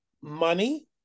money